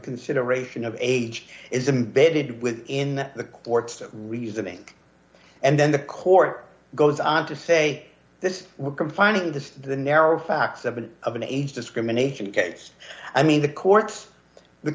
consideration of age is imbedded with in the court's reasoning and then the court goes on to say this confining this to the narrow facts of an of an age discrimination case i mean the courts the